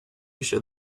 shed